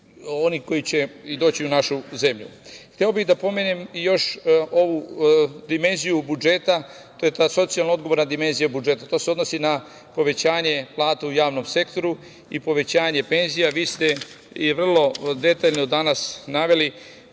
onih koji će doći u našu zemlju. Hteo bih da pomenem još ovu dimenziju budžeta, a to je ta socijalna odgovorna dimenzija budžeta. To se odnosi na povećanje plata u javnom sektoru i povećanje penzija. Vi ste vrlo detaljno danas naveli